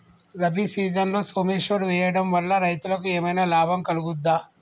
రబీ సీజన్లో సోమేశ్వర్ వేయడం వల్ల రైతులకు ఏమైనా లాభం కలుగుద్ద?